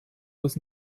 was